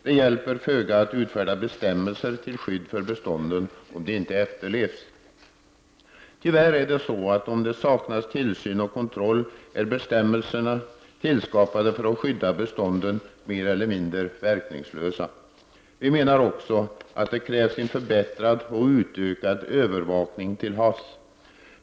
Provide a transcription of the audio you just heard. Det hjälper föga att utfärda bestämmelser till skydd för bestånden om de inte efterlevs. Tyvärr är det så att om det saknas tillsyn och kontroll är bestämmelser, tillskapade för att skydda bestånden, mer eller mindre verkningslösa. Vi menar också att det krävs en förbättrad och utökad övervakning till havs.